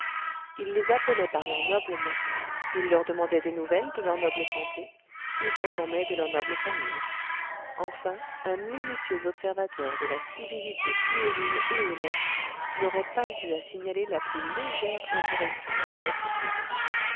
il les appelait par leur noble nom il leur demandait des nouvelles de leur noble santé il s'informait de leurs nobles familles enfin un minutieux observateur de la civilité puérile et honnête n'aurait pas eu à signaler la plus légère incorrection dans son attitude